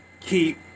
keep